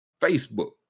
facebook